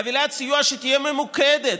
חבילת סיוע שתהיה ממוקדת,